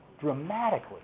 dramatically